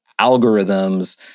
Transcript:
algorithms